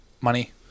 money